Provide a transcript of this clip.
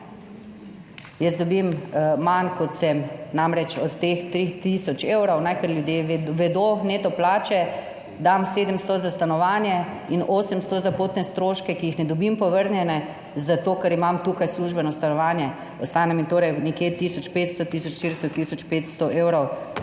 Jaz dobim manj kot sem, namreč od teh 3 tisoč evrov, ker ljudje vedo Neto plače dam 700 za stanovanje in 800 za potne stroške, ki jih ne dobim povrnjene zato, ker imam tukaj službeno stanovanje, ostane mi torej nekje tisoč 500, tisoč